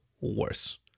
worse